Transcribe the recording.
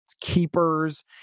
keepers